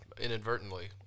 inadvertently